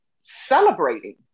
celebrating